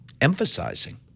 emphasizing